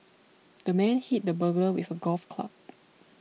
the man hit the burglar with a golf club